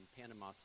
panama